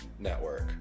Network